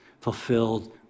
fulfilled